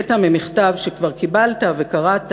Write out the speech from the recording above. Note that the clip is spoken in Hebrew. קטע ממכתב שכבר קיבלת וקראת,